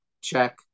check